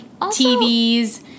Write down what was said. TVs